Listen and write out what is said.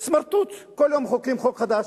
סמרטוט, כל יום מחוקקים חוק חדש.